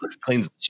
cleans